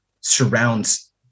surrounds